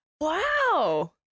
Wow